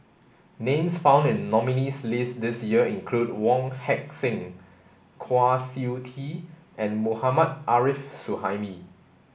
names found in nominees' list this year include Wong Heck Sing Kwa Siew Tee and Mohammad Arif Suhaimi